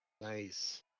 Nice